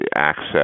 access